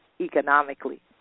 economically